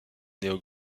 néo